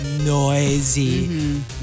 noisy